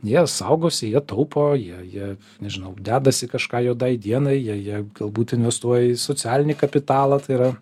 jie saugosi jie taupo jie jie nežinau dedasi kažką juodai dienai jie jie galbūt investuoja į socialinį kapitalą tai yra